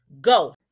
go